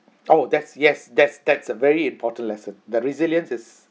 oh that's yes that's that's a very important lesson the resilience is